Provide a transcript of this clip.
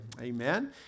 Amen